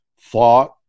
thought